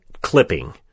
clipping